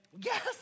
Yes